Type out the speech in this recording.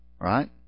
right